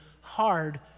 hard